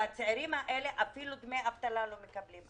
והצעירים האלה אפילו דמי אבטלה לא מקבלים.